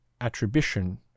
attribution